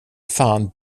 fan